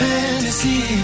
Fantasy